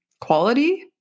quality